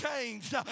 changed